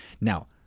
Now